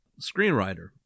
screenwriter